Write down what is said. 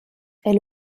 est